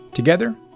Together